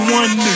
one